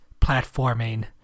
platforming